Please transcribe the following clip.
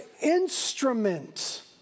instrument